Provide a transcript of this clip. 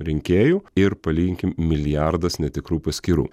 rinkėjų ir palyginkim milijardas netikrų paskyrų